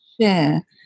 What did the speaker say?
share